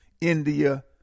India